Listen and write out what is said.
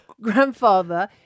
grandfather